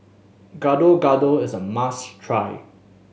Gado Gado is a must try